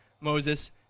Moses